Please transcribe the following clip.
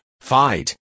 fight